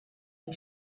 and